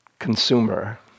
consumer